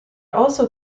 also